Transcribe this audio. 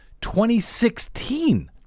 2016